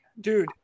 Dude